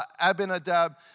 Abinadab